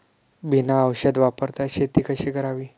बिना औषध वापरता शेती कशी करावी?